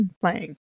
playing